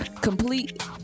complete